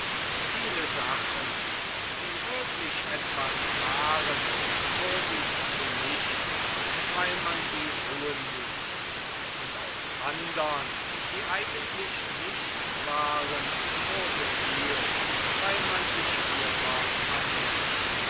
viele sachen die wirklich etwas waren wurden zu nichts weil man sie ruhen ließ und aus andern die eigentlich nichts waren wurde viel weil man sich ihrer annahm